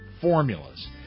formulas